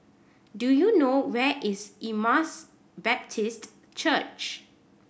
do you know where is Emmaus Baptist Church